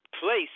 place